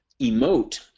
emote